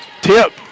tip